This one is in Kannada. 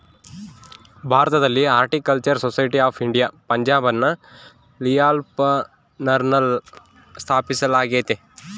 ಭಾರತದಲ್ಲಿ ಹಾರ್ಟಿಕಲ್ಚರಲ್ ಸೊಸೈಟಿ ಆಫ್ ಇಂಡಿಯಾ ಪಂಜಾಬ್ನ ಲಿಯಾಲ್ಪುರ್ನಲ್ಲ ಸ್ಥಾಪಿಸಲಾಗ್ಯತೆ